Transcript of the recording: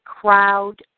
crowd